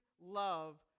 love